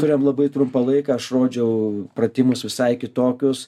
turėjom labai trumpą laiką aš rodžiau pratimus visai kitokius